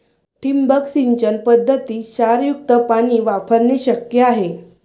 ठिबक सिंचन पद्धतीत क्षारयुक्त पाणी वापरणे शक्य आहे